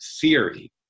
theory